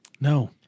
No